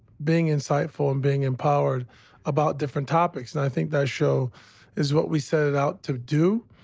being insightful, and being empowered about different topics. and i think that show is what we set it out to do.